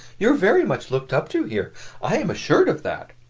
you are very much looked up to here i am assured of that.